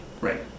right